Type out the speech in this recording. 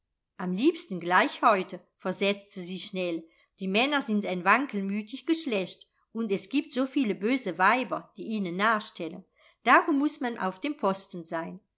am liebsten gleich heute versetzte sie schnell die männer sind ein wankelmütig geschlecht und es gibt so viele böse weiber die ihnen nachstellen darum muß man auf dem posten sein